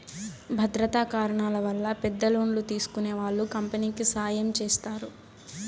భద్రతా కారణాల వల్ల పెద్ద లోన్లు తీసుకునే వాళ్ళు కంపెనీకి సాయం చేస్తారు